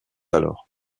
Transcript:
alors